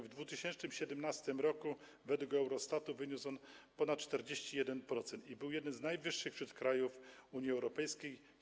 W 2017 r. według Eurostatu wyniósł on ponad 41% i był jednym z najwyższych wśród krajów Unii Europejskiej.